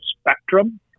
spectrum